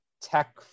tech